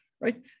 right